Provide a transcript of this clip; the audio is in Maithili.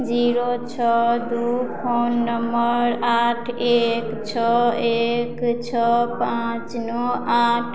जीरो छओ दू फोन नंबर आठ एक छओ एक छओ पाँच नओ आठ